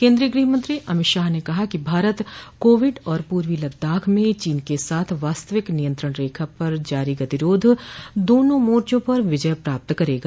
केन्द्रीय गृहमंत्री अमित शाह ने कहा है कि भारत कोविड और पर्वी लद्दाख में चीन के साथ वास्तविक नियंत्रण रेखा पर जारी गतिरोध दोनों मोर्चो पर विजय प्राप्त करेगा